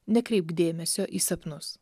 nekreipk dėmesio į sapnus